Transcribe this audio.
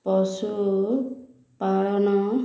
ପଶୁପାଳନ